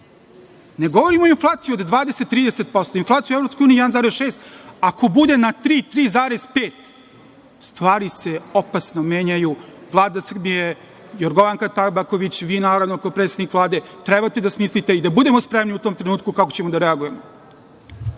govorimo o inflaciji od 20%, 30%, inflacija u EU je 1,6, ako bude na 3, 3,5 stvari se opasno menjaju, Vlada Srbije, Jorgovanka Tabaković, vi, naravno, kao predsednik Vlade treba da smislite i da budemo spremni u tom trenutku kako ćemo da reagujemo. Rekao